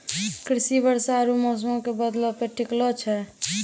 कृषि वर्षा आरु मौसमो के बदलै पे टिकलो छै